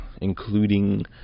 Including